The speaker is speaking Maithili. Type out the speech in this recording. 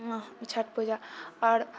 ओ छठ पूजा आओर